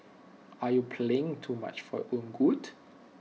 are you playing too much for your own good